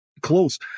close